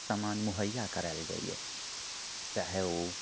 समान मुहैया करए लए जाइए चाहे ओ